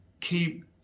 Keep